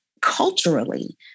culturally